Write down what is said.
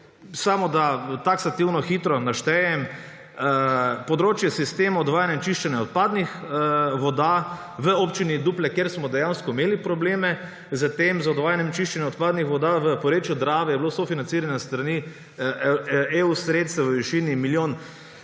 Samo, da taksativno hitro naštejem: področje sistemov odvajanja in čiščenja odpadnih voda v občini Duplek, kjer smo dejansko imeli probleme z odvajanjem čiščenja voda v porečju Drave, je bilo sofinancirano s strani EU sredstev v višini milijon